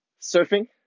surfing